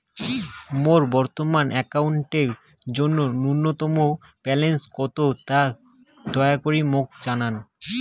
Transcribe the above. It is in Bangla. মোর বর্তমান অ্যাকাউন্টের জন্য ন্যূনতম ব্যালেন্স কত তা দয়া করি মোক জানান